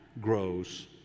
grows